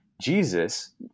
Jesus